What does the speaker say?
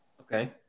Okay